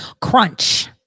crunch